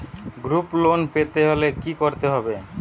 Group loan পেতে হলে কি করতে হবে?